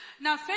Now